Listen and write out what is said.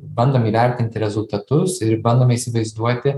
bandome įvertinti rezultatus ir bandome įsivaizduoti